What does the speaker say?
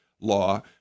law